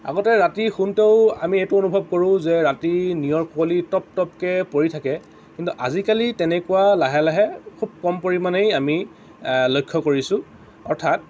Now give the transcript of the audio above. আগতে ৰাতি শোওঁতেও আমি এইটো অনুভৱ কৰোঁ যে ৰাতি নিয়ৰ কুঁৱলী টপ টপকে পৰি থাকে কিন্তু আজিকালি তেনেকুৱা লাহে লাহে খুব কম পৰিমাণেই আমি লক্ষ্য কৰিছোঁ অৰ্থাৎ